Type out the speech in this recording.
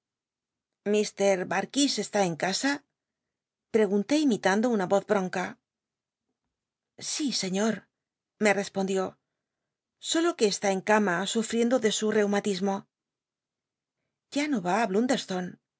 l darkis está en casa pregunté imitando una oz bronca sí seiíot me respondió solo que cslü en cama suf icmlo de su l'eumatismo ya no y